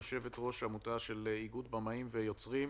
יושבת-ראש עמותה של איגוד במאים ויוצרים.